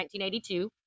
1982